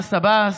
מס עבאס.